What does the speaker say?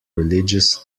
religious